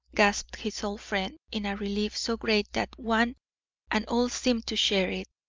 gasped his old friend, in a relief so great that one and all seemed to share it.